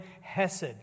hesed